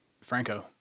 Franco